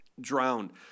drowned